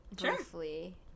briefly